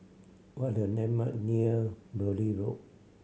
what are the landmark near Beaulieu Road